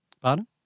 Pardon